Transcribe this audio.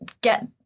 get